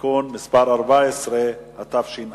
(תיקון מס' 14), התש"ע